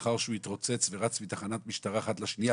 לאחר שהאח התרוצץ ורץ מתחנת משטרה אחת לשנייה